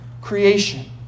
creation